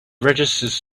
registers